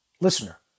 listener